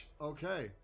Okay